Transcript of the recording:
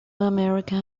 america